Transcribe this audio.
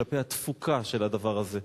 כלפי התפוקה של הדבר הזה.